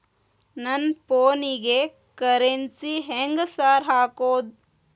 ನನ್ ಫೋನಿಗೆ ಕರೆನ್ಸಿ ಹೆಂಗ್ ಸಾರ್ ಹಾಕೋದ್?